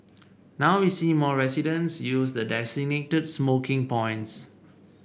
now we see more residents use the designated smoking points